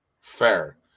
Fair